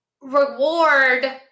reward